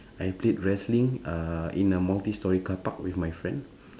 I played wrestling uh in a multi storey car park with my friend